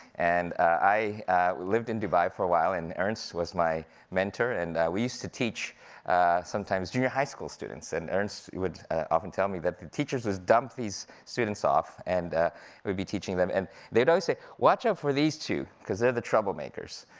and i lived in dubai for a while, and ernst was my mentor, and we used to teach sometimes junior high school students, and ernst would often tell me that the teachers would dump these students off, and we'd be teaching them, and they would always say, watch out for these two, cause they're the troublemakers.